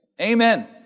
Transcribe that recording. Amen